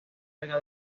larga